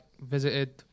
visited